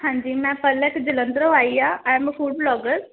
ਹਾਂਜੀ ਮੈਂ ਪਲਕ ਜਲੰਧਰ ਤੋਂ ਆਈ ਹਾਂ I am a food blogger